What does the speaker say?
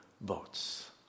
boats